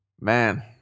Man